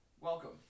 Welcome